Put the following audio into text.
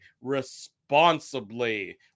responsibly